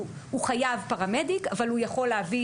שהוא חייב פרמדיק אבל הוא יכול להביא